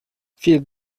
viel